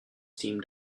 teamed